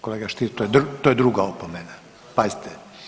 Kolega Stier to je druga opomena, pazite.